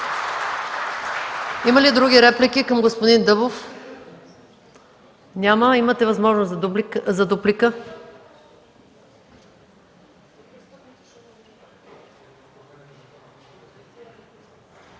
Има ли други реплики към господин Дъбов? Няма. Имате възможност за дуплика.